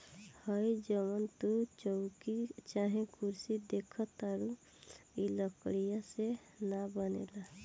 हइ जवन तू चउकी चाहे कुर्सी देखताड़ऽ इ लकड़ीये से न बनेला